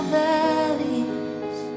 valleys